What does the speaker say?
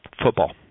football